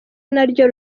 naryo